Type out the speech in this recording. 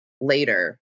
later